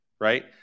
right